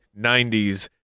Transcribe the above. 90s